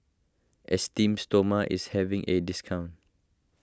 Esteem Stoma is having a discount